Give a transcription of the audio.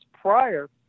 prior